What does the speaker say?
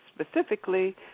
specifically